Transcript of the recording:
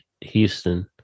Houston